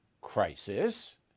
crisis